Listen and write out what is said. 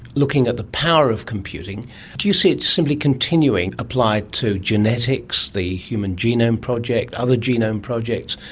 looking at the power of computing do you see it simply continuing, applied to genetics, the human genome project, other genome projects,